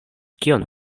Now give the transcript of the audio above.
kion